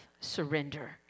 surrender